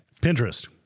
Pinterest